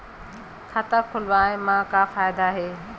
खाता खोलवाए मा का फायदा हे